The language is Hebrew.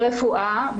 ברפואה,